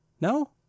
No